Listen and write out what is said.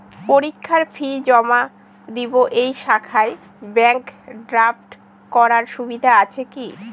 পরীক্ষার ফি জমা দিব এই শাখায় ব্যাংক ড্রাফট করার সুবিধা আছে কি?